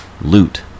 loot